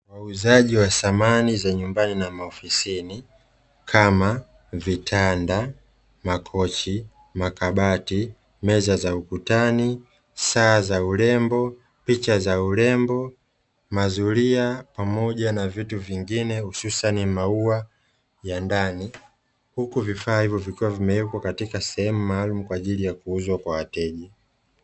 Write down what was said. Wauzaji wa samani za majumbani na maofisini kama: vitanda, makochi, makabati, meza za ukutani, saa za urembo, picha za urembo, mazulia pamoja na vitu vingine husasani maua ya ndani huku vifaa hivyo vikiwa vimewekwa sehemu maalumu kwa ajili ya kuuzwa kwa wateja.